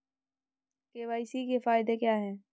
KYC के फायदे क्या है?